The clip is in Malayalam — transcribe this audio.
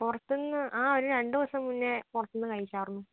പുറത്തുന്നു ആ ഒരു രണ്ട് ദിവസം മുന്നേ പുറത്തിന്നു കഴിച്ചായിരുന്നു